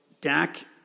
Dak